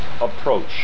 approach